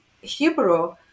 Hebrew